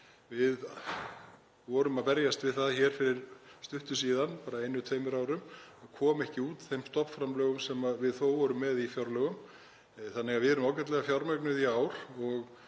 Við vorum að berjast við það fyrir stuttu síðan, bara einu, tveimur árum, að koma ekki út þeim stofnframlögum sem við þó vorum með í fjárlögum þannig að við erum ágætlega fjármögnuð í ár